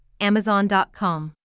amazon.com